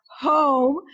home